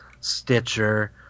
stitcher